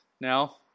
now